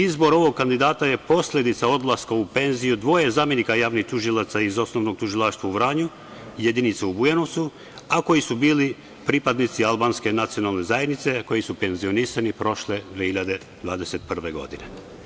Izbor ovog kandidata je posledica odlaska u penziju dvoje zamenika javnih tužilaca iz Osnovnog tužilaštva u Vranju, jedinice u Bujanovcu, a koji su bili pripadnici albanske nacionalne zajednice, koji su penzionisani prošle 2021. godine.